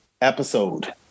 episode